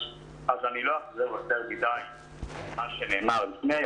אני לא אחזור יותר מדיי על מה שנאמר לפני,